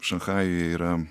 šanchajuje yra